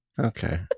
Okay